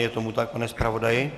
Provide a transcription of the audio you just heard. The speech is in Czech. Je tomu tak, pane zpravodaji?